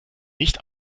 nicht